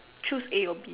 choose a or B